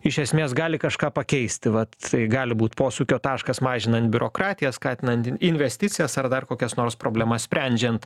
iš esmės gali kažką pakeisti vat gali būt posūkio taškas mažinant biurokratiją skatinant investicijas ar dar kokias nors problemas sprendžiant